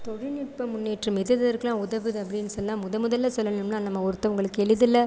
தொழில்நுட்ப முன்னேற்றம் எது எதெற்கெல்லாம் உதவுது அப்படின்னு சொன்னால் முதன் முதலில் சொல்லணும்னால் நம்ம ஒருத்தவங்களுக்கு எளிதில்